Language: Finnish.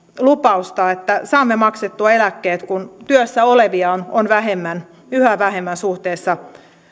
lupausta että saamme maksettua eläkkeet kun työssä olevia on on vähemmän yhä vähemmän suhteessa